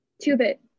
Two-bit